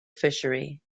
fishery